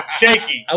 shaky